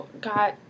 got